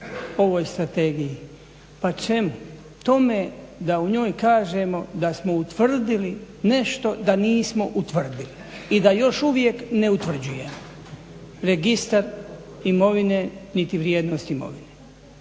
ovoj strategiji. Pa čemu? Tome da u njoj kažemo da smo utvrdili nešto da nismo utvrdili i da još uvijek ne utvrđujemo. Registar imovine niti vrijednost imovine.